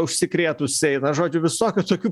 užsikrėtus eina žodžiu visokių tokių